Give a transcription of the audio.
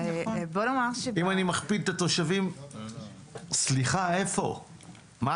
אם אני מכפיל את התושבים, סליחה, איפה?